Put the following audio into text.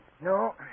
No